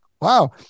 wow